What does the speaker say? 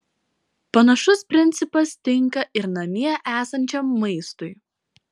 panašus principas tinka ir namie esančiam maistui